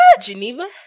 Geneva